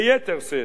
ביתר שאת,